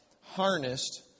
harnessed